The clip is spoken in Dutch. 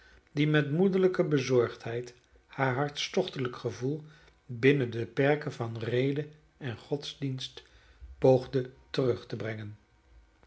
die met moederlijke bezorgdheid haar hartstochtelijk gevoel binnen de perken van rede en godsdienst poogde terug te brengen